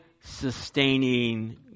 sustaining